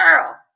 Girl